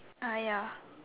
ah ya